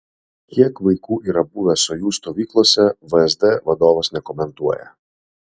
kiek vaikų yra buvę sojuz stovyklose vsd vadovas nekomentuoja